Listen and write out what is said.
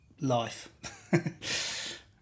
life